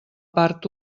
part